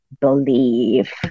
believe